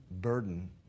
burden